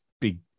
big